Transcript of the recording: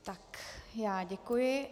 Tak já děkuji.